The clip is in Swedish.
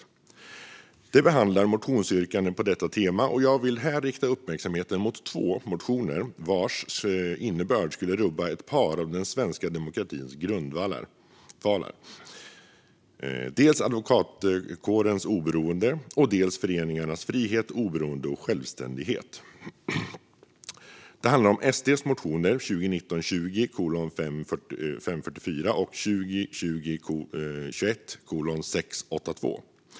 Betänkandet behandlar motionsyrkanden på detta tema, och jag vill här rikta uppmärksamheten mot två motioner vars innebörd skulle rubba ett par av den svenska demokratins grundvalar, dels advokatkårens oberoende, dels föreningarnas frihet, oberoende och självständighet. Det handlar här om SD:s motioner 2019 21:682.